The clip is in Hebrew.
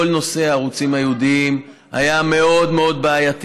נושא הערוצים הייעודיים היה מאוד מאוד בעייתי.